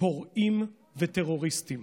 פורעים וטרוריסטים.